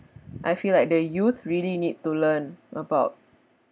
I feel like the youth really need to learn about